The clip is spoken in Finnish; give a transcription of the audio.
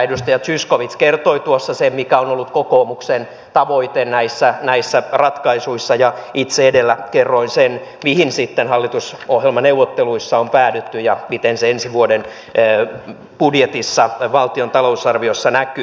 edustaja zyskowicz kertoi tuossa sen mikä on ollut kokoomuksen tavoite näissä ratkaisuissa ja itse edellä kerroin sen mihin sitten hallitusohjelmaneuvotteluissa on päädytty ja miten se ensi vuoden valtion talousarviossa näkyy